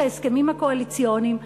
את ההסכמים הקואליציוניים,